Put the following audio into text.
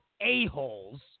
a-holes